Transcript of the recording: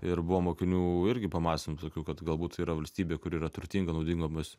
ir buvo mokinių irgi pamąstymų visokių kad galbūt tai yra valstybė kuri yra turtinga naudingomis